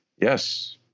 Yes